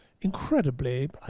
incredibly